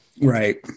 right